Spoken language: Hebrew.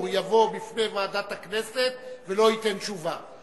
יבוא בפני ועדת הכנסת ולא ייתן תשובה.